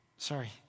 sorry